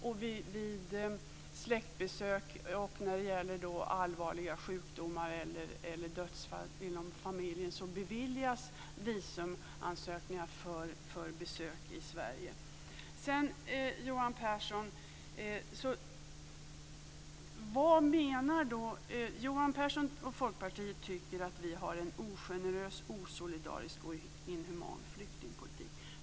När det gäller släktbesök och allvarliga sjukdomar eller dödsfall inom familjen beviljas visumansökningar för besök i Sverige. Johan Pehrson och Folkpartiet tycker att vi har en ogenerös, osolidarisk och inhuman flyktingpolitik.